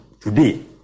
today